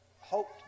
hoped